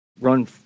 Run